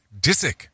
Disick